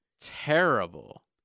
terrible